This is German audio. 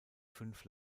fünf